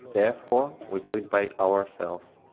therefore, we do it by ourselves.